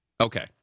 Okay